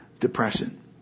depression